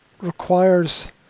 requires